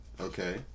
Okay